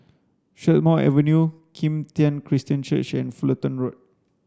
Strathmore Avenue Kim Tian Christian Church and Fullerton Road